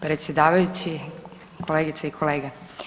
predsjedavajući, kolegice i kolege.